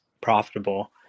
profitable